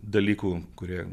dalykų kurie